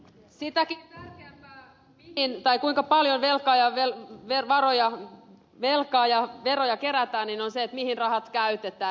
sitäkin tärkeämpää kuin kuinka paljon velkaa ja del piervaroja on velkaa ja veroja kerätään on se mihin rahat käytetään